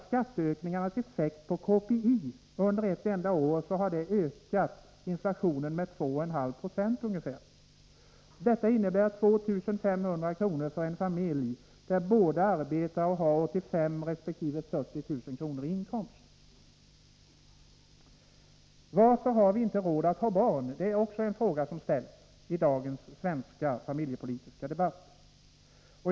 Skatteök ningarnas effekt på KPI har under ett enda år ökat inflationen med ca 2,5 76. Detta innebär 2 300 kr. för en familj där båda arbetar och har 85 000 kr. resp. 40 000 kr. i inkomst. Varför har vi inte råd att ha barn? Det är en fråga som ställs i dagens svenska familjepolitiska debatt.